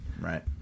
Right